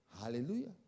Hallelujah